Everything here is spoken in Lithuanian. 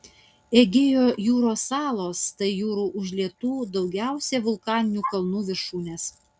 egėjo jūros salos tai jūrų užlietų daugiausiai vulkaninių kalnų viršūnės